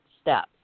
step